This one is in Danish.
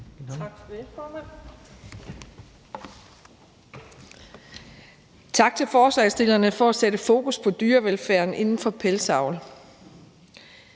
Tak til forslagsstillerne for at sætte fokus på dyrevelfærden inden for pelsdyravl.